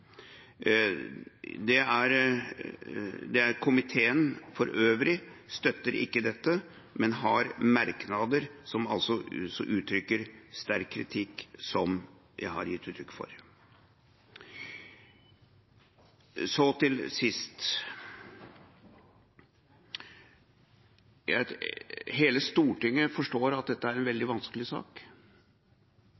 har ikke Stortingets tillit.» Komiteen for øvrig støtter ikke dette, men har merknader som altså uttrykker sterk kritikk, som jeg har gitt uttrykk for. Til sist: Hele Stortinget forstår at dette er en